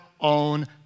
own